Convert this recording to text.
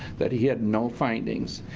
that he had no findings.